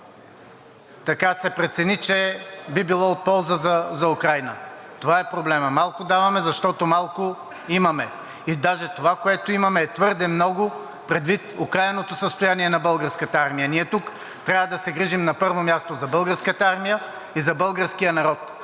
което се прецени, че би било от полза за Украйна. Това е проблемът – малко даваме, защото малко имаме. И даже това, което имаме, е твърде много предвид окаяното състояние на Българската армия. Ние тук трябва да се грижим на първо място за Българската армия и за българския народ.